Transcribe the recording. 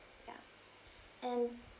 yeah and